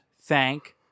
thank